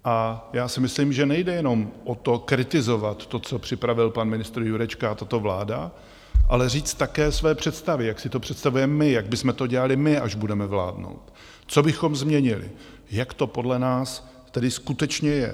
A já si myslím, že nejde jenom o to kritizovat to, co připravil pan ministr Jurečka a tato vláda, ale říct také své představy, jak si to představujeme my, jak bychom to dělali my, až budeme vládnout, co bychom změnili, jak to podle nás tedy skutečně je.